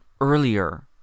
earlier